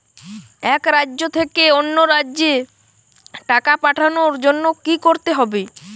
এক রাজ্য থেকে অন্য রাজ্যে টাকা পাঠানোর জন্য কী করতে হবে?